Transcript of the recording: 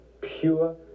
pure